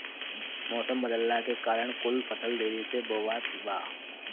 मउसम बदलला के कारण कुल फसल देरी से बोवात बा